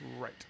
Right